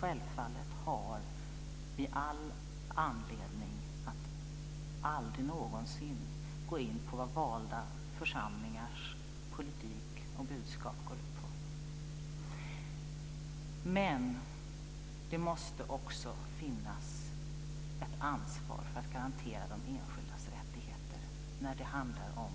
Självfallet har vi aldrig någonsin anledning gå in på vad valda församlingars politik och budskap går ut på. Det måste också finnas ett ansvar för att garantera de enskildas rättigheter när det handlar om